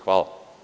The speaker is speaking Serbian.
Hvala.